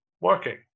working